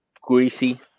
greasy